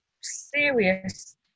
serious